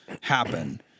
happen